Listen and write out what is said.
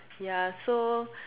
ya so